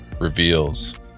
reveals